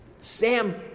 Sam